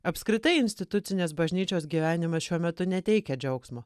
apskritai institucinės bažnyčios gyvenimas šiuo metu neteikia džiaugsmo